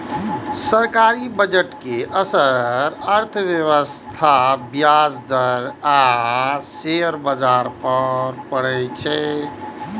सरकारी बजट के असर अर्थव्यवस्था, ब्याज दर आ शेयर बाजार पर पड़ै छै